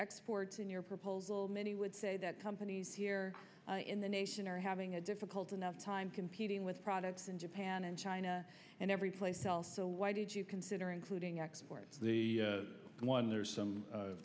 exports in your proposal many would say that companies here in the nation are having a difficult enough time competing with products in japan and china and everyplace else so why did you consider including export the one there are some